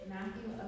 Matthew